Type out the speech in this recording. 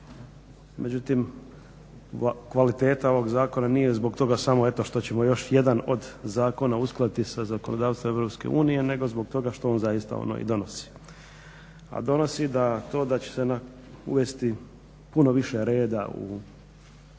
Međutim, kvaliteta ovog zakona nije zbog toga samo eto što ćemo još jedan od zakona uskladiti sa zakonodavstvom Europske unije nego zbog toga što on zaista i donosi, a donosi to da će se uvesti puno više reda u sustav